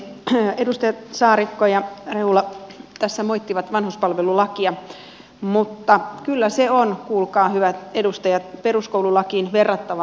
edustajat saarikko ja rehula tässä moittivat vanhuspalvelulakia mutta kyllä se on kuulkaa hyvät edustajat peruskoululakiin verrattava uudistus